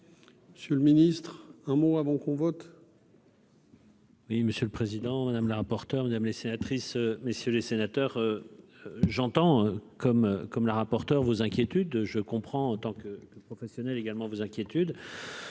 Monsieur le Ministre, un mot avant qu'on vote.